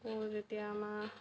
আকৌ যেতিয়া আমাৰ